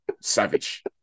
Savage